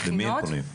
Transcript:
מכינות?